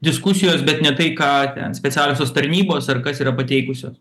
diskusijos bet ne tai ką ten specialiosios tarnybos ar kas yra pateikusios